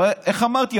הרי איך אמרתי,